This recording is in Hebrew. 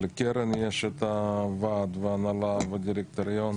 לקרן יש את הוועד, ההנהלה והדירקטוריון.